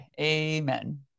Amen